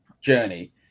journey